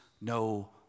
no